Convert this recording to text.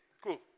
cool